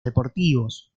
deportivos